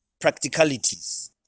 practicalities